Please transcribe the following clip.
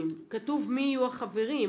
כתוב מי יהיו החברים.